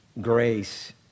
grace